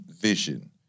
vision